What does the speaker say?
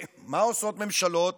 מה עושות ממשלות